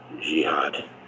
jihad